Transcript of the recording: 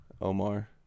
Omar